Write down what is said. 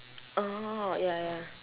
orh ya ya